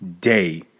day